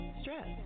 stress